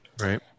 Right